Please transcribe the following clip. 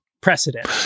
precedent